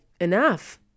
enough